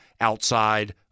outside